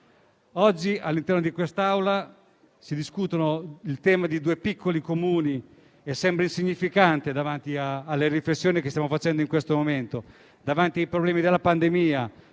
Oggi, all'interno di quest'Aula, si discute il tema di due piccoli Comuni, che sembra insignificante davanti alle riflessioni che stiamo facendo in questo momento, ai problemi della pandemia